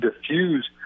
diffuse